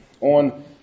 on